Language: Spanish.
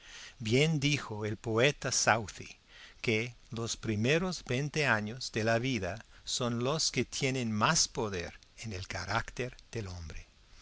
bien dijo el poeta southey que los primeros veinte años de la vida son los que tienen más poder en el carácter del hombre